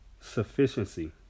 sufficiency